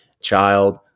child